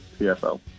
PFL